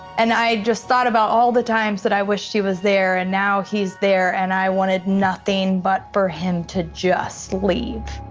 and i just thought about all the times that i wish that he was there and now he's there and i wanted nothing but for him to just leave.